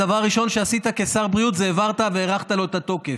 הדבר הראשון שעשית כשר בריאות זה העברת אותו והארכת לו את התוקף.